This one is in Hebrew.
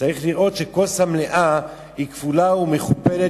צריך לראות שהכוס המלאה היא כפולה ומכופלת